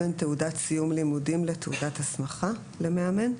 בין תעודת סיום לימודים לבין תעודת הסמכה למאמן?